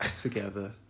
together